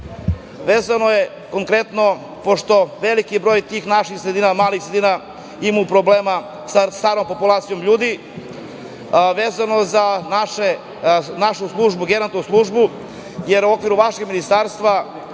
vezano je konkretno, pošto veliki broj tih naših malih sredina imaju problema sa starom populacijom ljudi, vezano za našu geronto službu, jer u okviru vašeg ministarstva